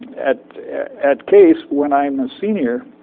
at at case, when i'm a senior,